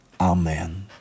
Amen